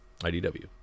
IDW